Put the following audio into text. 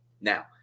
Now